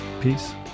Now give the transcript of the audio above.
Peace